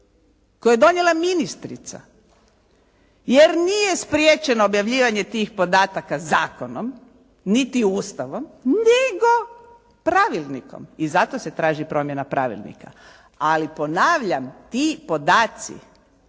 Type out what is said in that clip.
koji je donijela ministrica jer nije spriječeno objavljivanje tih podataka zakonom niti Ustavom nego pravilnikom. I zato se traži promjena pravilnika. Ali ponavljam ti podaci